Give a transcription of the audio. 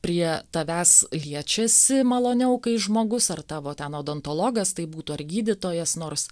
prie tavęs liečiasi maloniau kai žmogus ar tavo ten odontologas tai būtų ar gydytojas nors